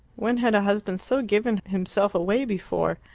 when had a husband so given himself away before?